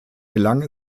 gelang